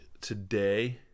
today